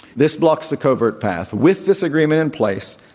this blocks the covert path. with this agreement in place,